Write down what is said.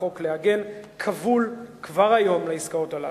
החוק מבקשת להגן כבול כבר היום לעסקאות אלה.